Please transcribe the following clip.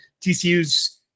tcu's